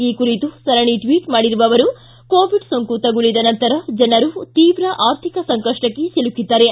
ಈ ಕುರಿತು ಸರಣಿ ಟ್ಟಟ್ ಮಾಡಿರುವ ಅವರು ಕೋವಿಡ್ ಸೋಂಕು ತಗುಲಿದ ನಂತರ ಜನರು ತೀವ್ರ ಆರ್ಥಿಕ ಸಂಕಪ್ಪಕ್ಕೆ ಒಲುಕಿದ್ದಾರೆ